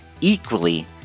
Equally